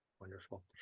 Wonderful